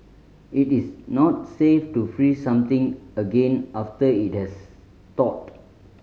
it is not safe to freeze something again after it has thawed